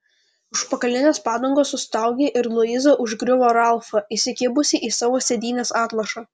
užpakalinės padangos sustaugė ir luiza užgriuvo ralfą įsikibusi į savo sėdynės atlošą